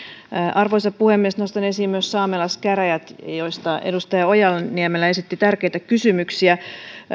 arvoisa puhemies nostan esiin myös saamelaiskäräjät joista edustaja ojala niemelä esitti tärkeitä kysymyksiä